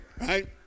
Right